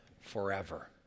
forever